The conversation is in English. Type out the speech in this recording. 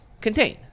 Contain